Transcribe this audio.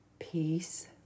Peace